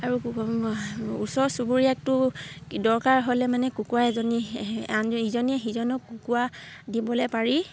আৰু ওচৰ চুবুৰীয়াকটো দৰকাৰ হ'লে মানে কুকুৰা এজনী আন ইজনীয়ে সিজনক কুকুৰা দিবলে পাৰি